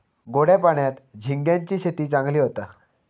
गोड्या पाण्यात झिंग्यांची शेती चांगली होता